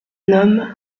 homme